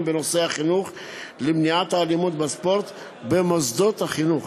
בנושא החינוך למניעת האלימות בספורט במוסדות החינוך,